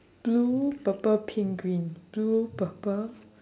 blue purple pink green blue purple